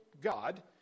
God